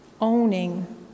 owning